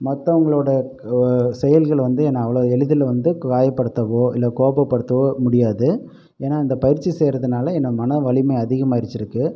மற்றவங்களோட செயல்கள் வந்து என்ன அவ்வளோ எளிதில் வந்து காயப்படுத்தவோ இல்லை கோபப்படுத்தவோ முடியாது ஏன்னால் அந்த பயிற்சி செய்கிறதுனால என்ன மனவலிமை வந்து அதிகமாயிருச்சிருக்கு